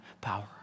power